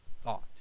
thought